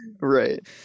Right